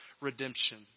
redemption